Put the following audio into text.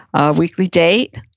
a weekly date.